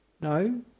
No